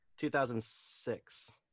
2006